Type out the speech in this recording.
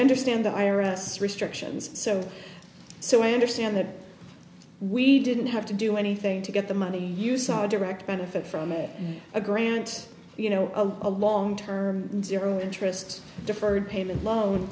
understand the i r s restrictions so so i understand that we didn't have to do anything to get the money you saw a direct benefit from it a grant you know a long term zero interest deferred payment lo